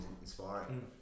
inspiring